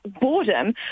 boredom